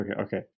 okay